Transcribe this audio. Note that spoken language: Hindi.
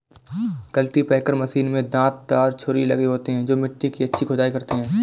कल्टीपैकर मशीन में दांत दार छुरी लगे होते हैं जो मिट्टी की अच्छी खुदाई करते हैं